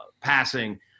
passing